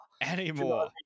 anymore